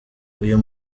uyu